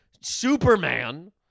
Superman